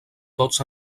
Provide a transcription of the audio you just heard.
tots